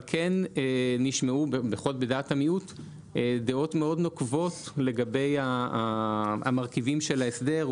אבל כן נשמעו בדעת המיעוט דעות מאוד נוקבות לגבי המרכיבים של ההסדר,